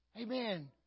Amen